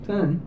Ten